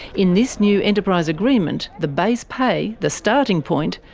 in this new enterprise agreement, the base pay, the starting point,